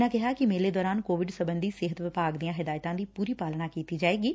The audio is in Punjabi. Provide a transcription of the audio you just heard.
ਉਨ੍ਹਾਂ ਦਸਿਆ ਕਿ ਮੇਲੇ ਦੌਰਾਨ ਕੋਵਿਡ ਸਬੰਧੀ ਸਿਹਤ ਵਿਭਾਗ ਦੀਆਂ ਹਦਾਇਤਾ ਦੀ ਪੁਰੀ ਪਾਲਣਾ ਕੀਤੀ ਜਾਵੇਗੀ